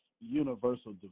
universal